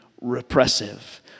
repressive